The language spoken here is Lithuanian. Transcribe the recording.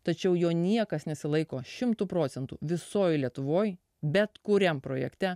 tačiau jo niekas nesilaiko šimtu procentų visoj lietuvoj bet kuriam projekte